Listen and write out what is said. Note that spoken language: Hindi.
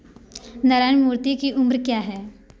नारायण मूर्ति की उम्र क्या है